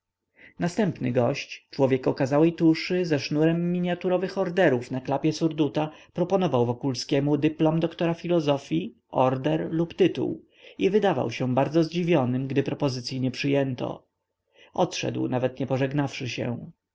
następny gość człowiek okazałej tuszy ze sznurem miniaturowych orderów na klapie surduta proponował wokulskiemu dyplom doktora filozofii order lub tytuł i wydawał się bardzo zdziwionym gdy propozycyi nie przyjęto odszedł nawet nie pożegnawszy się